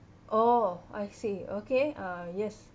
oh I see okay uh yes